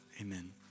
Amen